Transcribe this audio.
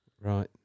Right